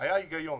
היה היגיון.